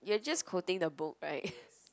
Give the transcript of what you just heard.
you're just quoting the book right